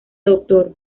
doctor